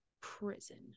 prison